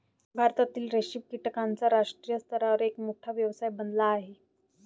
भारतातील रेशीम कीटकांचा आंतरराष्ट्रीय स्तरावर एक मोठा व्यवसाय बनला आहे